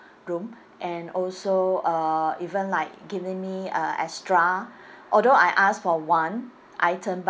room and also uh even like giving me uh extra although I ask for one item